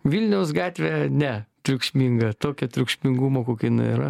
vilniaus gatvė ne triukšminga tokio triukšmingumo kokio jinai yra